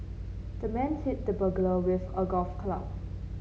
the man hit the burglar with a golf club